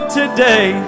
today